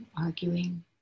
arguing